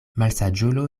malsaĝulo